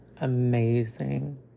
amazing